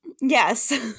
yes